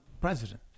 president